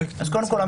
קודם כול,